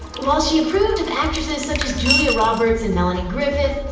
while she approved of actresses such as julia roberts and melanie griffith,